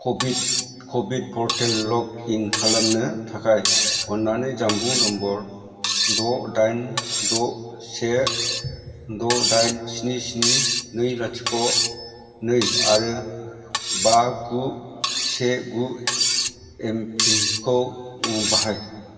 क' विन पर्टेल लग इन खालामनो थाखाय अन्नानै जानबुं नम्बर द' दाइन द' से द' दाइन स्नि स्नि नै लाथिख' नै आरो बा गु से गु एमपिन खौ बाहाय